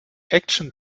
action